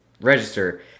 register